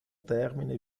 termine